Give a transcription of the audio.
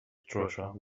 treasure